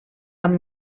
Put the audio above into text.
amb